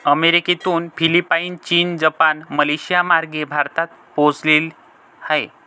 अमेरिकेतून फिलिपाईन, चीन, जपान, मलेशियामार्गे भारतात पोहोचले आहे